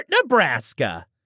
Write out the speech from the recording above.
Nebraska